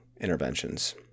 interventions